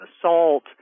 assault